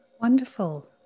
wonderful